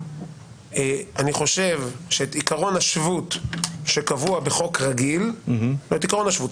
אני חושב שאת עקרון השבות שקבוע בחוק רגיל עקרון החוק,